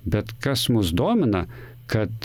bet kas mus domina kad